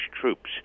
troops